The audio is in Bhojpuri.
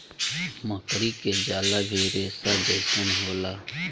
मकड़ी के जाला भी रेसा जइसन होला